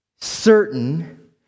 certain